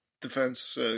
defense